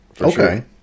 Okay